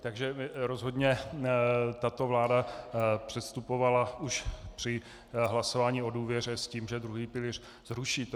Takže rozhodně tato vláda předstupovala už při hlasování o důvěře s tím, že druhý pilíř zruší.